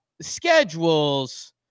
Schedules